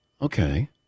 Okay